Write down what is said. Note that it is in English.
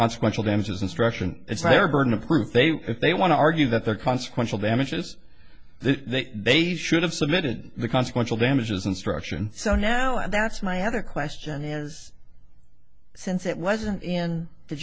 consequential damages instruction it's their burden of proof they if they want to argue that their consequential damages they should have submitted the consequential damages instruction so now and that's my other question is since it wasn't in the